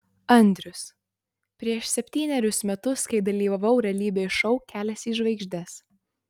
andrius prieš septynerius metus kai dalyvavau realybės šou kelias į žvaigždes